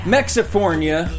Mexifornia